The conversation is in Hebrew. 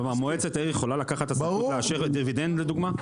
מועצת העיר יכולה לקחת את הסמכות לאשר את הדיוודנד לדוגמא?